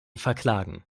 verklagen